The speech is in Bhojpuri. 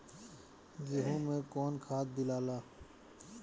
गेहूं मे कौन खाद दियाला?